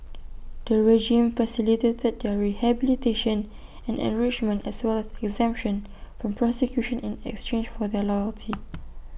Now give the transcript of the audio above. the regime facilitated their rehabilitation and enrichment as well as exemption from prosecution in exchange for their loyalty